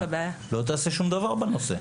לא תעשה שום דבר בנושא.